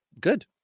Good